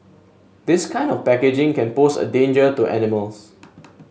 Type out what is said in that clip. this kind of packaging can pose a danger to animals